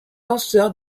lanceur